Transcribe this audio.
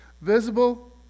visible